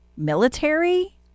military